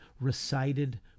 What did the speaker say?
recited